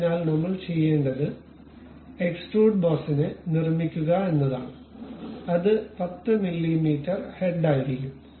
അതിനാൽ നമ്മൾ ചെയ്യേണ്ടത് എക്സ്ട്രൂഡ് ബോസിനെ നിർമ്മിക്കുക എന്നതാണ് അത് 10 മില്ലീമീറ്റർ ഹെഡ് ആയിരിക്കും